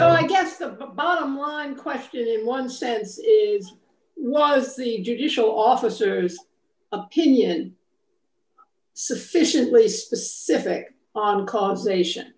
two i guess the bottom line question in one sense is was the judicial officer opinion sufficiently specific on causation